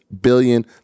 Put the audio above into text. billion